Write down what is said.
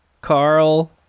carl